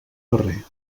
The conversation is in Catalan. carrer